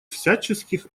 всяческих